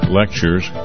lectures